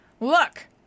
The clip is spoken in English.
Look